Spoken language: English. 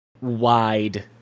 wide